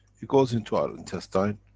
it goes into our intestine.